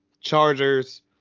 Chargers